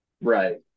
Right